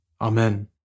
Amen